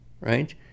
right